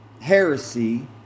heresy